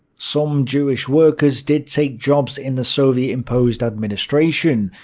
some jewish workers did take jobs in the soviet-imposed administration.